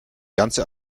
ganze